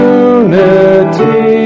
unity